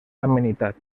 amenitat